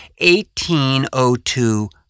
1802